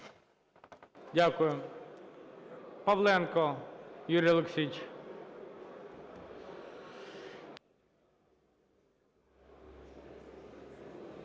Дякую. Павленко Юрій Олексійович.